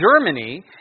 Germany